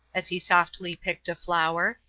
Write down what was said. as he softly picked a flower,